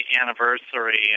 anniversary